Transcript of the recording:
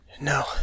No